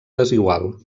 desigual